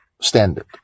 standard